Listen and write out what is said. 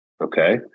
okay